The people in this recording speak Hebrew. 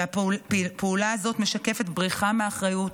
והפעולה הזאת משקפת בריחה מאחריות